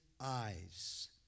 eyes